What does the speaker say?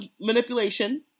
manipulation